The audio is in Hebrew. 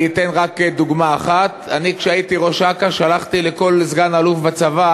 אני אתן רק דוגמה אחת: כשהייתי ראש אכ"א שלחתי לכל סגן-אלוף בצבא